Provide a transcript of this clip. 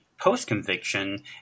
post-conviction